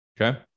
Okay